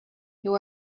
you